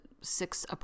six